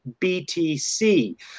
BTC